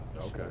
Okay